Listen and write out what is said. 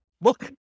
look